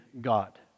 God